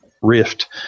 rift